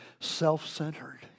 self-centered